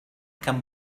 come